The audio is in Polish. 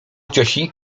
cioci